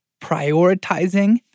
prioritizing